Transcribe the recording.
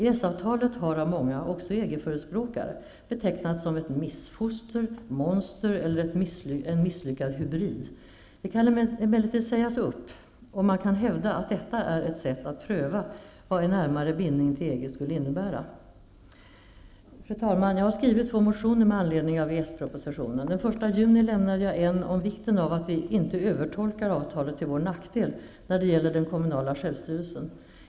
EES-avtalet har av många, också av EG förespråkare, betecknats som ett missfoster, monster eller som en misslyckad hybrid. Avtalet kan emellertid sägas upp, och man kan hävda att detta är ett sätt att pröva vad en närmare bindning till EG skulle innebära. Fru talman! Jag har skrivit två motioner med anledning av EES-propositionen. Den 1 juni lämnade jag en motion om vikten av att vi inte övertolkar avtalet till vår nackdel när det gäller den kommunala självstyrelsen.